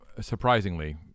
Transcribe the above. surprisingly